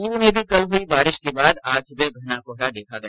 चुरू में भी कल हुई बारिश के बाद आज सुबह घना कोहरा देखा गया